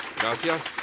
Gracias